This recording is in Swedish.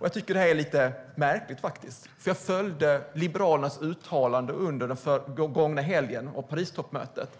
Jag tycker faktiskt att det är lite märkligt, för jag följde Liberalernas uttalande under den gångna helgen om Paristoppmötet.